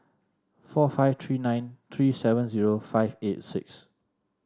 four five three nine three seven zero five eight six